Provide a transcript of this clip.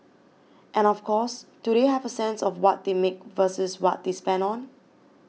and of course do they have a sense of what they make versus what they spend on